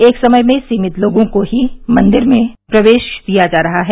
एक समय में सीमित लोगों को ही मंदिर में प्रवेश करने दिया जा रहा है